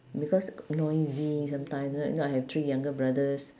because noisy sometime right y~ know I have three younger brothers